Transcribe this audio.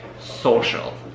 social